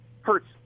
hurts